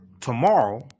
tomorrow